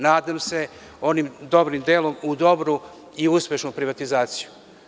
Nadam se, onim dobrim delom, u dobru i uspešnu privatizaciju.